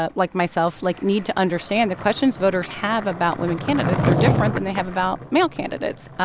but like myself, like, need to understand the questions voters have about women candidates are different than they have about male candidates.